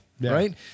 Right